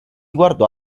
guardò